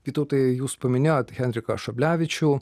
vytautai jūs paminėjot henriką šablevičių